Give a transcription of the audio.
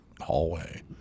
hallway